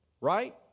right